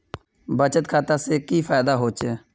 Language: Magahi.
बचत खाता से की फायदा होचे?